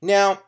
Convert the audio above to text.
Now